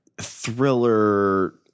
thriller